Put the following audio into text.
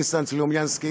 ניסן סלומינסקי,